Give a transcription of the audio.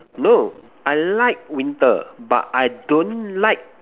no I like winter but I don't like